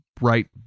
right